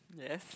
yes